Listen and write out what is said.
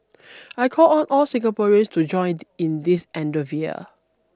I call on all Singaporeans to join in this endeavour